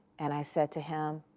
and i said to him,